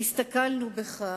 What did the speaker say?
הסתכלנו בך,